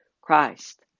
Christ